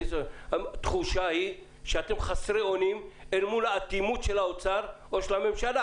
התחושה היא שאתם חסרי אונים מול האטימות של האוצר או של הממשלה,